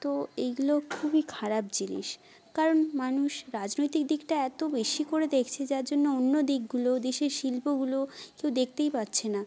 তো এইগুলো খুবই খারাপ জিনিস কারণ মানুষ রাজনৈতিক দিকটা এত বেশি করে দেখছে যার জন্য অন্য দিকগুলো দেশের শিল্পগুলো কেউ দেখতেই পাচ্ছে না